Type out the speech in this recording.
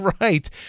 Right